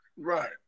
Right